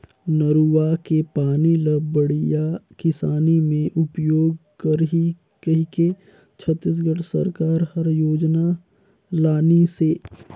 नरूवा के पानी ल बड़िया किसानी मे उपयोग करही कहिके छत्तीसगढ़ सरकार हर योजना लानिसे